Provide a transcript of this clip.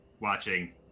watching